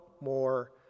more